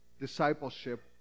discipleship